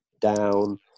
down